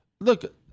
Look